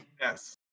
Yes